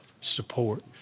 support